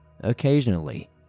Occasionally